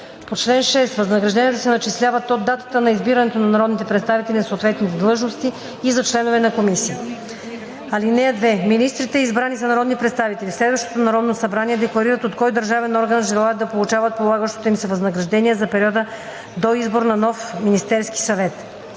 По чл. 6 възнагражденията се начисляват от датата на избирането на народните представители на съответните длъжности и за членове на комисии. (2) Министри, избрани за народни представители в следващо Народно събрание, декларират от кой държавен орган желаят да получават полагащото им се възнаграждение за периода до избор на нов Министерски съвет.